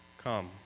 come